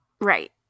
Right